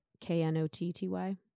K-N-O-T-T-Y